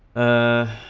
a